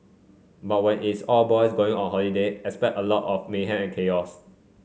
but when it's all boys going on holiday expect a lot of mayhem and chaos